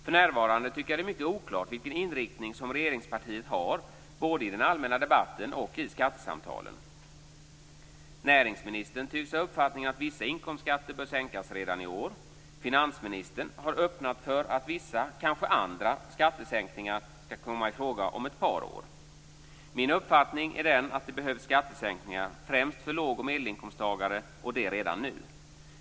För närvarande tycker jag att det är mycket oklart vilken inriktning som regeringspartiet har både i den allmänna debatten och i skattesamtalen. Näringsministern tycks ha uppfattningen att vissa inkomstskatter bör sänkas redan i år. Finansministern har öppnat för att vissa - kanske andra - skattesänkningar skall komma i fråga om ett par år. Min uppfattning är den att det behövs skattesänkningar, främst för låg och medelinkomsttagare, och det redan nu.